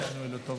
כל שינוי לטובה.